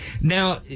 now